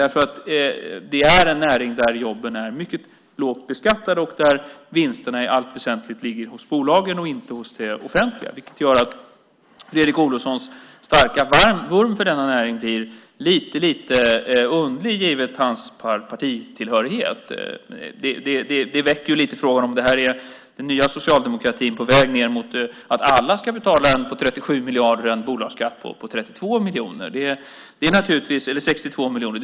Det är nämligen en näring där jobben är mycket lågt beskattade och där vinsterna i allt väsentligt ligger hos bolagen och inte hos det offentliga, vilket gör att Fredrik Olovssons starka vurm för denna näring blir lite underlig givet hans partitillhörighet. Det väcker lite frågor om detta är den nya socialdemokratin på väg mot att alla branscher vid en omsättning på 37 miljarder ska betala en bolagsskatt på 62 miljoner.